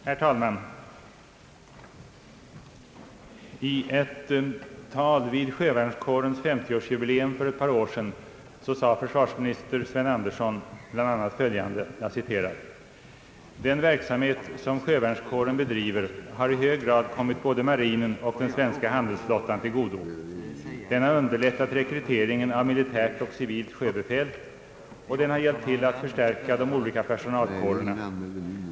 Herr talman! Vid sjövärnskårens 50 årsjubileum för ett par år sedan sade försvarsminister Sven Andersson bl.a. följande: »Den verksamhet som sjövärnskåren bedriver har i hög grad kommit både marinen och den svenska handelsflottan till godo. Den har underlättat rekryteringen av militärt och civilt sjöbefäl och hjälpt till att förstärka de olika personalkårerna.